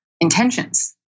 intentions